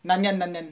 nanyang nanyang